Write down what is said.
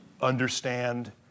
understand